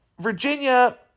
Virginia